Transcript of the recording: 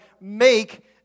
make